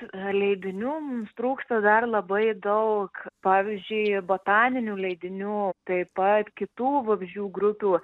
leidinių mums trūksta dar labai daug pavyzdžiui botaninių leidinių taip pat kitų vabzdžių grupių